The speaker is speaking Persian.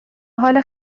حال